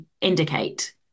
indicate